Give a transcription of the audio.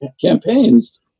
campaigns